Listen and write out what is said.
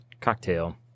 Cocktail